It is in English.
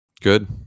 Good